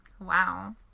Wow